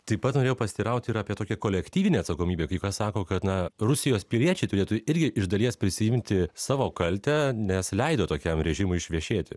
taip pat norėjau pasiteirauti ir apie tokią kolektyvinę atsakomybę kai kas sako kad na rusijos piliečiai turėtų irgi iš dalies prisiimti savo kaltę nes leido tokiam režimui išvešėti